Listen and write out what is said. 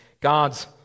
God's